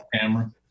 camera